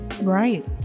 Right